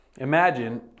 Imagine